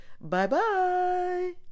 Bye-bye